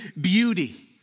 beauty